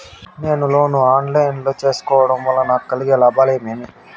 నేను లోను ను online లో సేసుకోవడం వల్ల నాకు కలిగే లాభాలు ఏమేమీ?